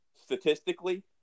statistically